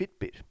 Fitbit